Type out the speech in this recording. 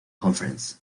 conference